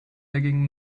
begging